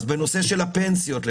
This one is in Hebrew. בנושא של הפנסיות למשל,